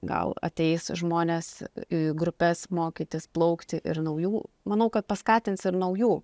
gal ateis žmonės į grupes mokytis plaukti ir naujų manau kad paskatins ir naujų